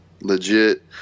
legit